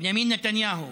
בנימין נתניהו